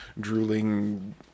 drooling